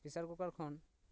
ᱯᱮᱥᱟᱨ ᱠᱩᱠᱟᱨ ᱠᱷᱚᱱ